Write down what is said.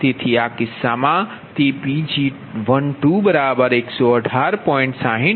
તેથી આ કિસ્સામાં તે Pg1118